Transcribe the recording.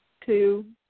two